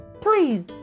Please